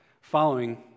following